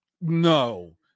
No